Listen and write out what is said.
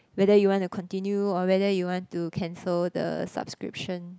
whether you want to continue or whether you want to cancel the subscription